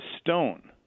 stone